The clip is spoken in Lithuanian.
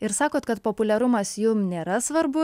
ir sakot kad populiarumas jum nėra svarbu